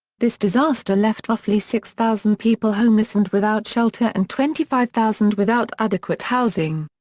this disaster left roughly six thousand people homeless and without shelter and twenty five thousand without adequate housing.